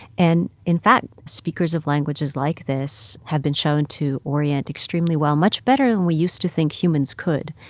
and in fact, speakers of languages like this have been shown to orient extremely well much better than we used to think humans could.